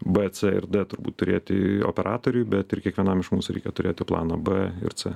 b c ir d turbūt turėti operatoriui bet ir kiekvienam iš mūsų reikia turėti planą b ir c